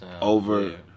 Over